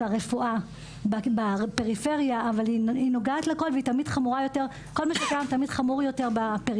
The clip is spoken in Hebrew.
הרפואה בפריפריה אבל היא נוגעת לכל אבל היא הכול תמיד חמור יותר בפריפריה.